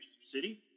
City